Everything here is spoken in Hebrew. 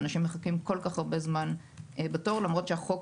אנשים מחכים כל כך הרבה זמן בתור למרות שהחוק